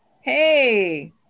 Hey